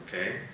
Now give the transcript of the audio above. okay